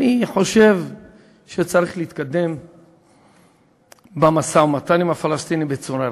אני חושב שצריך להתקדם במשא-ומתן עם הפלסטינים בצורה רצינית,